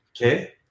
okay